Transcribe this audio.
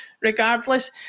regardless